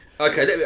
Okay